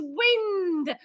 wind